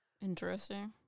Interesting